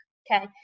okay